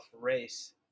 race